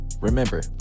Remember